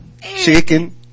Chicken